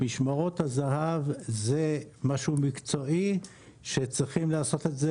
משמרות הזה"ב זה משהו מקצועי שצריכים לעשות את זה